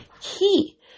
key